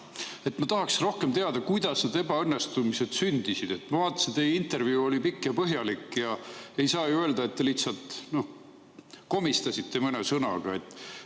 Ma tahaksin aga rohkem teada, kuidas need ebaõnnestumised sündisid. Ma vaatasin, et teie intervjuu oli pikk ja põhjalik. Ei saa ju öelda, et te lihtsalt komistasite mõne sõnaga.